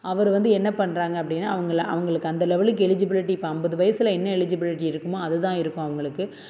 அவர் வந்து என்ன பண்றாங்க அப்படினா அவங்களை அவங்களுக்கு அந்த லெவலுக்கு எலிஜிபிலிட்டி இப்போ ஐம்பது வயசில் என்ன எலிஜிபிலிட்டி இருக்குமோ அதுதான் இருக்கும் அவங்களுக்கு